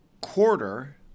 quarter